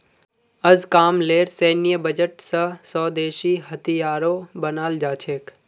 अजकामलेर सैन्य बजट स स्वदेशी हथियारो बनाल जा छेक